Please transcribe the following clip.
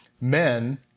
men